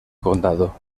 condado